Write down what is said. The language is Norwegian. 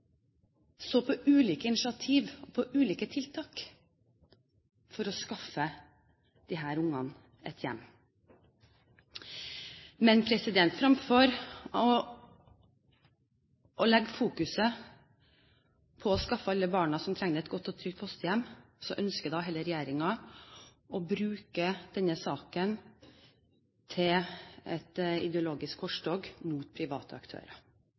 så på ulike initiativ og ulike tiltak for å skaffe disse ungene et hjem. Men fremfor å fokusere på å skaffe alle barn som trenger det, et godt og trygt fosterhjem, ønsker regjeringen heller å bruke denne saken til et ideologisk korstog mot private aktører.